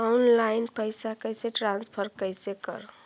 Online पैसा कैसे transfer कैसे कर?